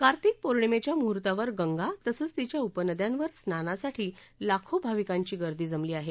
कार्तिक पौर्णिमेच्या मुहूर्तावर गंगा तसंच तिच्या उपनद्यांवर स्नानासाठी लाखो भाविकांची गर्दी जमली आहे